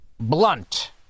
Blunt